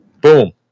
Boom